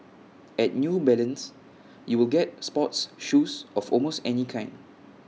at new balance you will get sports shoes of almost any kind